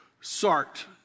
Sart